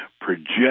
project